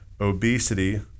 obesity